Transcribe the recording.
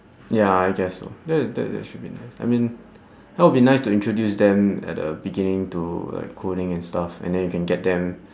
ya I guess so that is that that should be nice I mean how it would be nice to get them introduce them at the beginning to like coding and stuff and then you can get them